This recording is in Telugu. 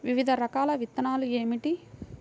వివిధ రకాల విత్తనాలు ఏమిటి?